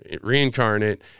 reincarnate